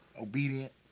Obedient